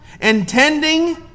intending